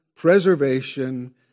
preservation